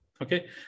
Okay